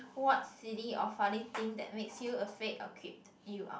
what silly or funny thing that makes you a fake or creep you out